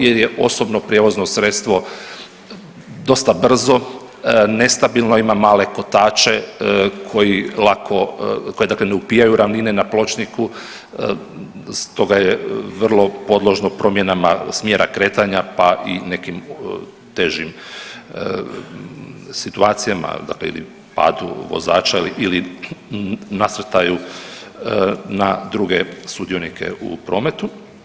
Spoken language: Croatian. Jer je osobno prijevozno sredstvo dosta brzo, nestabilno, ima male kotače koji lako, koji dakle ne upijaju ravnine na pločniku stoga je vrlo podložno promjenama smjera kretanja, pa i nekim težim situacijama dakle ili padu vozača ili nasrtaju na druge sudionike u prometu.